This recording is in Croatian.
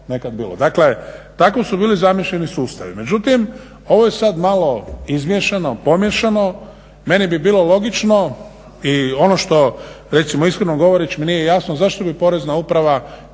Dakle tako su bili zamišljeni sustavi, međutim ovo je sad malo izmiješano, pomiješano. Meni bi bilo logično i ono što recimo iskreno govoreći mi nije jasno zašto bi Porezna uprava